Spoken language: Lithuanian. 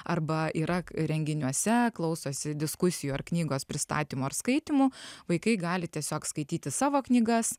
arba yra k renginiuose klausosi diskusijų ar knygos pristatymo ar skaitymu vaikai gali tiesiog skaityti savo knygas